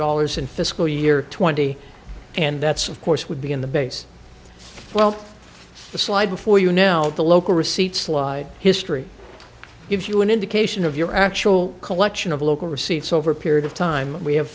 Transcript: dollars in fiscal year twenty and that's of course would be in the base well the slide before you know the local receipts slide history gives you an indication of your actual collection of local receipts over a period of time we have